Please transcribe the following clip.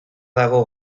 dago